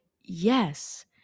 yes